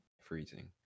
Freezing